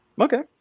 okay